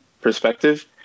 perspective